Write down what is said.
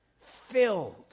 filled